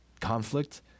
conflict